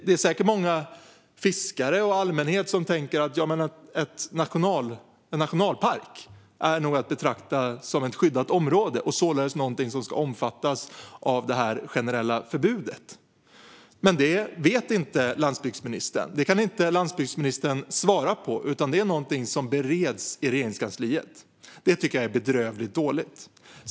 Det är säkert många fiskare och många bland allmänheten som tänker att en nationalpark nog är att betrakta som ett skyddat område och således någonting som ska omfattas av detta generella förbud. Men det vet inte landsbygdsministern. Det kan inte landsbygdsministern svara på, utan det är någonting som bereds i Regeringskansliet. Det tycker jag är bedrövligt dåligt.